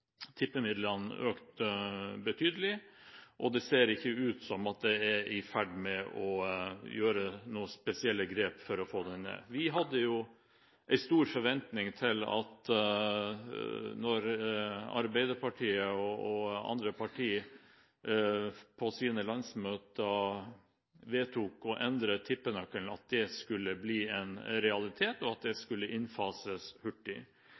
tippemidlene økt betydelig, og det ser ikke ut til at en er i ferd med å gjøre noen spesielle grep for å få det ned. Vi hadde en stor forventning til at da Arbeiderpartiet og andre partier på sine landsmøter vedtok å endre tippenøkkelen, skulle bli en realitet, og at det skulle innfases hurtig.